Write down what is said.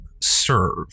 serve